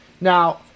Now